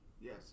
Yes